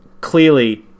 Clearly